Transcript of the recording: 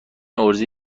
عرضه